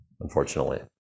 unfortunately